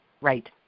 right